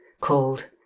called